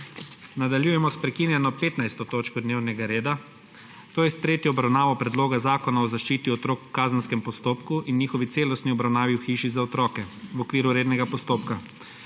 Nadaljujemo s prekinjeno 15. točko dnevnega reda, to je s tretjo obravnavo Predloga zakona o zaščiti otrok v kazenskem postopku in njihovi celostni obravnavi v hiši za otroke, v okviru rednega postopka.